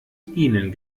ihnen